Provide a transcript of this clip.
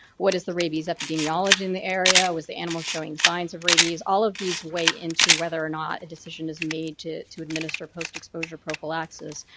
what is the rabies epidemiology in the area? was the animal showing signs of rabies? all of these weigh into whether or not a decision is made to to administer post-exposure prophylaxis.